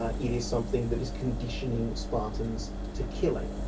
ah it is something that is conditioning spartans to killing,